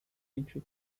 into